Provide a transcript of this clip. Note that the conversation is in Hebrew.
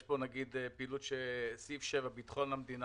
יש נגיד פעילות של ביטחון המדינה,